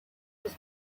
was